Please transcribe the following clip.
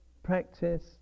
practice